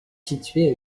située